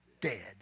dead